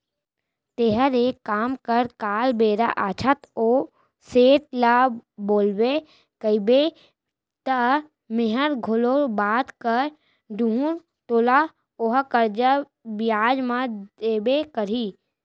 तैंहर एक काम कर काल बेरा आछत ओ सेठ ल बोलबे कइबे त मैंहर घलौ बात कर दूहूं तोला ओहा करजा बियाज म देबे करही